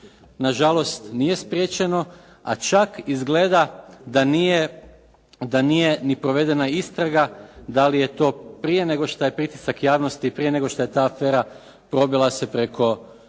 Na žalost nije spriječeno, a čak izgleda da nije ni provedena istraga da li je to prije nego što je pritisak javnosti i prije nego što je ta afera probila se preko